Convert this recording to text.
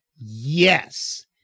Yes